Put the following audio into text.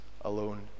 alone